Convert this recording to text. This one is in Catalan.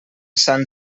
sant